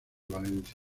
valencia